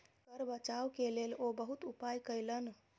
कर बचाव के लेल ओ बहुत उपाय कयलैन